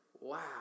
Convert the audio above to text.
Wow